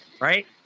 Right